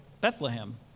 Bethlehem